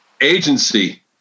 Agency